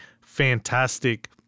fantastic